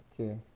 Okay